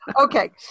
okay